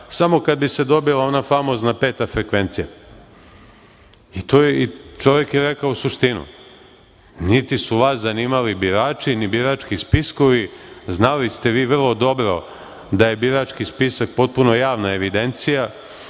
samo kada bi se dobila ona famozna peta frekvencija. Čovek je rekao suštinu. Niti su vas zanimali birači, ni birački spiskovi. Znali ste vi vrlo dobro da je birački spisak potpuno javna evidencija